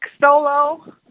solo